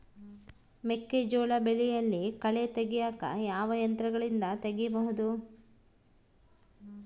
ಮೆಕ್ಕೆಜೋಳ ಬೆಳೆಯಲ್ಲಿ ಕಳೆ ತೆಗಿಯಾಕ ಯಾವ ಯಂತ್ರಗಳಿಂದ ತೆಗಿಬಹುದು?